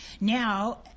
now